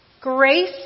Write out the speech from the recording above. Grace